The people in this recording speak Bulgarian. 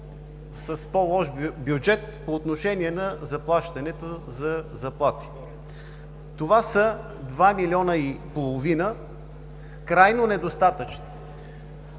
с по лош бюджет по отношение на заплатите. Това са 2 милиона и половина – крайно недостатъчни!